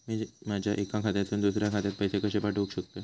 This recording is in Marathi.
मी माझ्या एक्या खात्यासून दुसऱ्या खात्यात पैसे कशे पाठउक शकतय?